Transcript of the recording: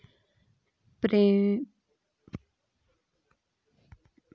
Primrose villa Karnataka के चिकमगलूर में coffee estate walk हैं